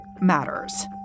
matters